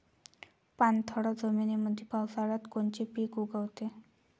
पाणथळ जमीनीमंदी पावसाळ्यात कोनचे पिक उगवते?